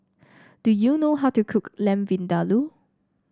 do you know how to cook Lamb Vindaloo